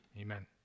amen